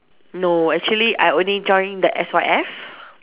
no actually I only joined the S_Y_F